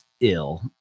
ill